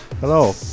Hello